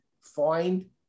find